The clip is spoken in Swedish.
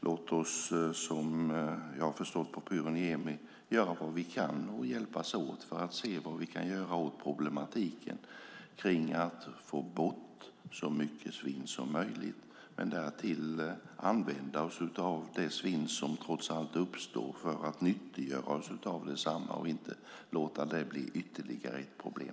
Låt oss därför göra vad vi kan och hjälpas åt för att få bort så mycket svinn som möjligt och nyttiggöra det svinn som trots allt uppstår så att det inte blir ytterligare ett problem.